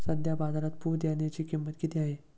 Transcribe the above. सध्या बाजारात पुदिन्याची किंमत किती आहे?